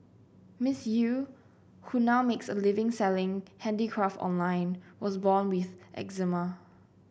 Miss Eu who now makes a living selling handicraft online was born with eczema